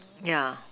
yeah